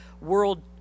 World